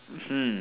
hmm